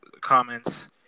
comments